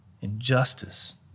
injustice